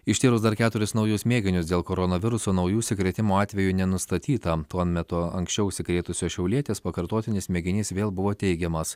ištyrus dar keturis naujus mėginius dėl koronaviruso naujų užsikrėtimo atvejų nenustatyta tuo metu anksčiau užsikrėtusios šiaulietės pakartotinis mėginys vėl buvo teigiamas